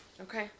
Okay